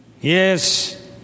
Yes